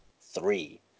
three